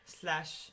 slash